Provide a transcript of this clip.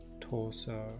torso